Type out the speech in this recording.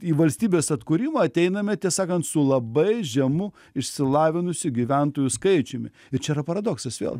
į valstybės atkūrimą ateiname tiesą sakant su labai žemu išsilavinusių gyventojų skaičiumi ir čia yra paradoksas vėl